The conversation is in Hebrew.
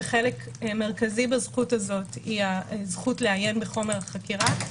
וחלק מרכזי בזכות הזאת היא הזכות לעיין בחומר חקירה.